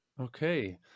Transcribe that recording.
Okay